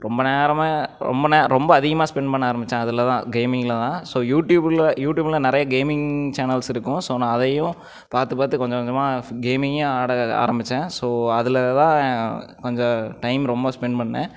ரொம்ப நேரமாக ரொம்ப நே ரொம்ப அதிகமாக ஸ்பென்ட் பண்ண ஆரம்பித்தேன் அதில் தான் கேமிங்கில் தான் ஸோ யூடியூப்பில் யூடியூப்பில் நிறைய கேமிங் சேனல்ஸ் இருக்கும் ஸோ நான் அதையும் பார்த்து பார்த்து கொஞ்சம் கொஞ்சமாக கேமிங்கேயும் ஆட ஆரம்பித்தேன் ஸோ அதில் தான் கொஞ்சம் டைம் ரொம்ப ஸ்பென்ட் பண்ணினேன்